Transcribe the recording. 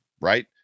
right